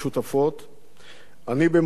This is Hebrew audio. אני במדים והוא בשירות הביטחון הכללי.